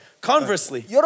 Conversely